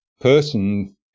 person